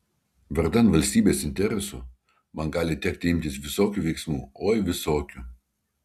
vardan valstybės interesų man gali tekti imtis visokių veiksmų oi visokių